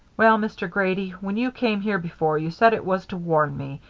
well, mr. grady, when you came here before you said it was to warn me,